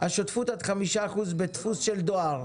השותפות עד חמישה אחוזים בדפוס של דואר.